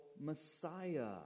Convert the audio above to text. Messiah